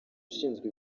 ushinzwe